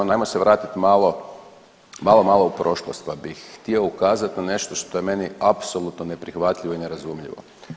No, hajmo se vratiti malo, malo u prošlost pa bih htio ukazati na nešto što je meni apsolutno neprihvatljivo i nerazumljivo.